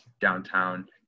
downtown